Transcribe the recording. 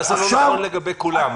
מה זה "לא נכון לגבי כולם"?